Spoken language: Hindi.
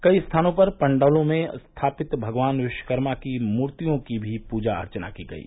कई स्थानों पर पण्डालों में स्थापित भगवान विश्वकर्मा की मूर्तियों की भी पूजा अर्चना की गयी